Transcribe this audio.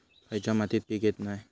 खयच्या मातीत पीक येत नाय?